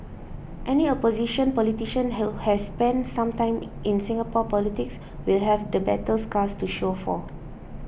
any opposition politician who has spent some time in Singapore politics will have the battle scars to show for